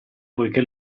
poiché